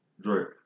Drake